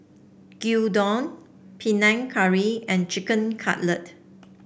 Gyudon Panang Curry and Chicken Cutlet